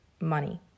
money